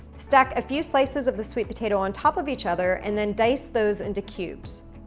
stack a few slices of the sweet potato on top of each other and then dice those into cubes.